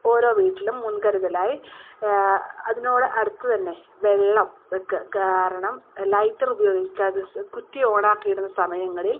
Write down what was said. ഓരോ വീട്ടിലും മുൻകരുതലായി അതിനോട് അടുത്ത് തന്നെ വെള്ളം വയ്ക്കുക കാരണം ലൈറ്റർ ഉപയോഗിക്കാതെ കുറ്റി ഓൺ ആക്കിയിടുന്ന സമയങ്ങളിൽ